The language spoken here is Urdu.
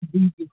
بالکل